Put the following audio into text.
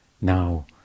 Now